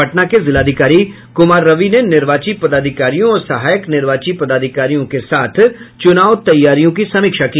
पटना के जिलाधिकारी कुमार रवि ने निर्वाची पदाधिकारियों और सहायक निर्वाची पदाधिकारियों के साथ चुनाव तैयारियों की समीक्षा की